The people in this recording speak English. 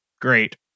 great